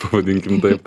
pavadinkim taip